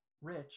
rich